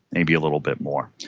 maybe a little bit more.